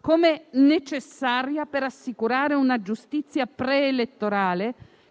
come necessaria per assicurare una giustizia preelettorale